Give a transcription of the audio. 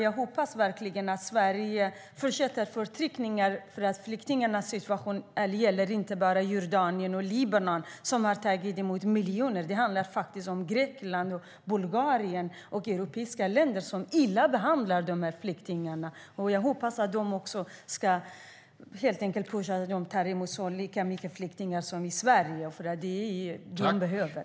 Jag hoppas verkligen att Sverige fortsätter att trycka på. Det handlar inte bara om Jordanien och Libanon, som har tagit emot miljoner. Det handlar om Grekland, Bulgarien och europeiska länder som behandlar flyktingarna illa. Jag hoppas att de ska pushas så att de tar emot lika många flyktingar som Sverige. Det är vad de behöver.